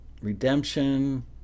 Redemption